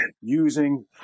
using